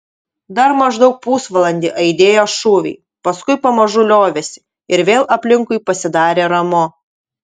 dar maždaug pusvalandį aidėjo šūviai paskui pamažu liovėsi ir vėl aplinkui pasidarė ramu